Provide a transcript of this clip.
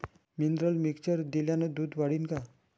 Mineral mixture दिल्यानं दूध वाढीनं का?